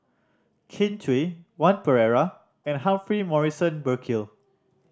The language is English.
Kin Chui Pereira and Humphrey Morrison Burkill